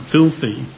Filthy